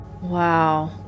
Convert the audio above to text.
Wow